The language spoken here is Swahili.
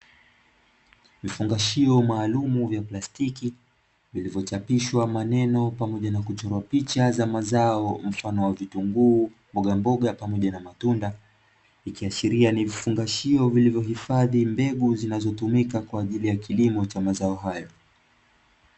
Vifungashio maalumu vya plastiki, vilivyochapishwa maneno pamoja na kuchorwa picha za mazao mfano wa vitunguu, mbogamboga pamoja na matunda, ikiashiria ni vifungashio vilivyohifadhi mbegu zinazotumika kwa ajili ya kilimo cha mazao hayo.